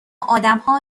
آدمها